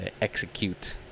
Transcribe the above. execute